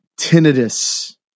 tinnitus